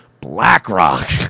Blackrock